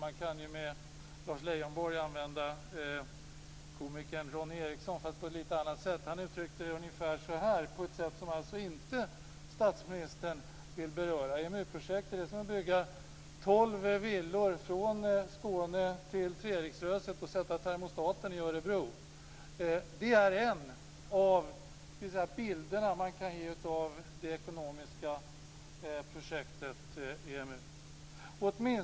Man kan som Lars Leijonborg använda komikern Ronny Eriksson, fast på ett annat sätt. Han uttryckte det så här, på ett sätt som statsministern inte vill beröra det: EMU-projektet är som att bygga tolv villor från Skåne till Treriksröset och sätta termostaten i Örebro. Det är en av de bilder man kan ge av det ekonomiska projektet EMU.